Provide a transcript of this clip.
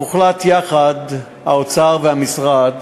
הוחלט יחד, האוצר והמשרד,